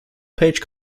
page